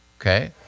okay